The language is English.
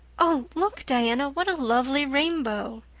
oh, look, diana, what a lovely rainbow!